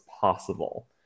possible